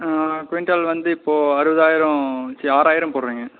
ஆ quintal வந்து இப்போ அறுபதாயிரம் சி ஆறாயிரம் போடுறேங்க